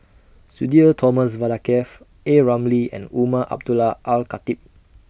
Sudhir Thomas Vadaketh A Ramli and Umar Abdullah Al Khatib